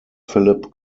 philip